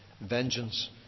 Vengeance